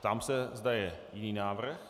Ptám se, zda je jiný návrh.